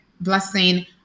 Blessing